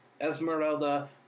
Esmeralda